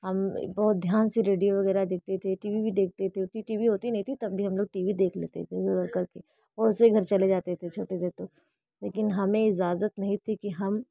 हम बहुत ध्यान से रेडियो वग़ैरह देखते थे टी वी भी देखते थे उतनी टी वी होता नहीं था तब भी हम लोग टी वी देख लेते थे इधर उधर कर के पड़ोसियो के घर चले जाते थे छोटे थे तो लेकिन हमें इजाज़त नहीं थी कि हम